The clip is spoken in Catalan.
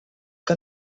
que